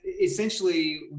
essentially